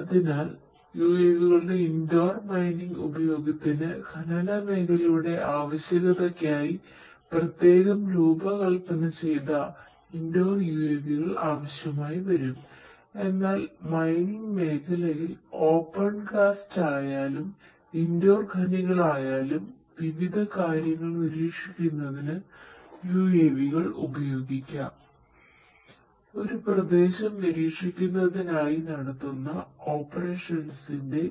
അതിനാൽ UAV കളുടെ indoor mining ഉപയോഗത്തിന് ഖനന മേഖലയുടെ ആവശ്യകതക്കായി പ്രത്യേകം രൂപകൽപ്പന ചെയ്ത ഇൻഡോർ UAV കൾ ആവശ്യമായി വരും എന്നാൽ മൈനിങ് മേഖലയിൽ ഓപ്പൺ കാസ്റ്റായാലും ഇൻഡോർ ഖനികളായാലും വിവിധ കാര്യങ്ങൾ നിരീക്ഷിക്കുന്നതിന് UAV കൾ ഉപയോഗിക്കാം ഒരു പ്രദേശം നിരീക്ഷിക്കുന്നതിനായി നടത്തുന്ന ഓപ്പറേഷൻസിന്റെ